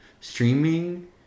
streaming